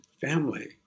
family